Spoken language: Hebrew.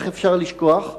איך אפשר לשכוח?